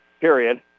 period